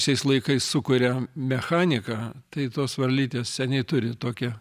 šiais laikais sukuria mechanika tai tos varlytės seniai turi tokią